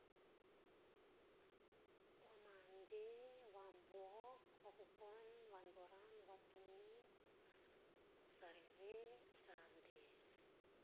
O mande, vabuok, vakukon, vadoran, vatonium, sarere, sande.